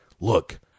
look